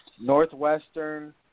Northwestern